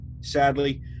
Sadly